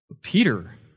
Peter